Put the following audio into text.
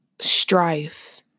strife